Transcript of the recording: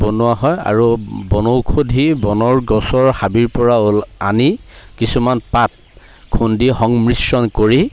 বনোৱা হয় আৰু বনৌষধি বনৰ গছৰ হাবিৰ পৰা আনি কিছুমান পাত খুন্দি সংমিশ্ৰণ কৰি